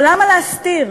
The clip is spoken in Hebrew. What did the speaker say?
אבל למה להסתיר?